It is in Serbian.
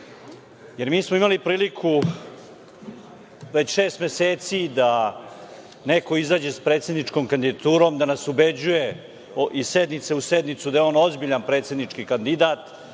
jer mi smo imali priliku već šest meseci da neko izađe sa predsedničkom kandidaturom da nas ubeđuje iz sednice u sednicu da je on ozbiljan predsednički kandidat,